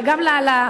אבל גם למוחלש,